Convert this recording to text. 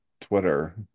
Twitter